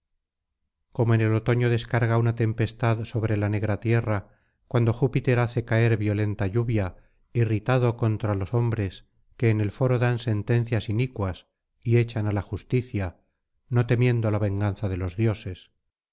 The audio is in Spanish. como en el otoño descarga una tempestad sobre la negra tierra cuando júpiter hace caer violenta lluvia irritado contra los hombres que en el foro dan sentencias inicuas y echan á la justicia no temiendo la venganza de los dioses